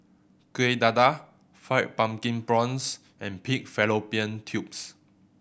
Kuih Dadar Fried Pumpkin Prawns and pig fallopian tubes